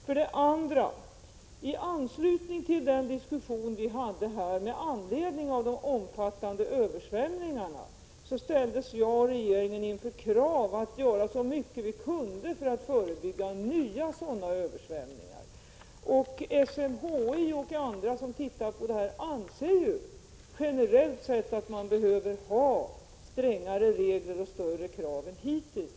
För det andra: I anslutning till den diskussion som vi hade här i kammaren med anledning av de omfattande översvämningarna ställdes jag och regeringen inför kravet att göra så mycket vi kunde för att förebygga nya sådana översvämningar. SMHI och andra som ser på det här anser generellt sett att vi behöver strängare regler och större krav än hittills.